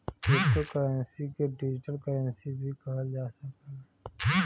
crypto currency के digital currency भी कहल जा सकला